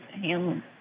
handling